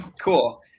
cool